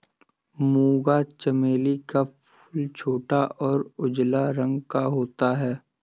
मूंगा चमेली का फूल छोटा और उजला रंग का होता है